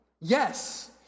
Yes